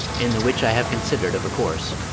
in the which i have consider'd of a course.